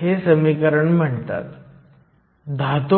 हे Dh आणि τh आहे